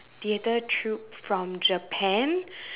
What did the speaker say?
theatre troupe from Japan